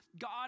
God